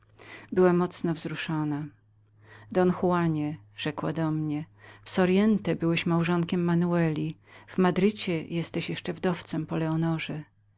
była mocno wzruszoną don juanie rzekła do mnie w soriente byłeś małżonkiem manueli w madrycie jesteś jeszcze wdowcem po leonorze gdy